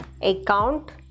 account